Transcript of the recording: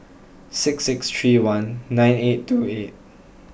six six three one nine eight two eight